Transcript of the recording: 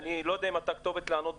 אני לא יודע אם אתה הכתובת לענות,